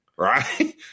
Right